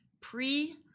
pre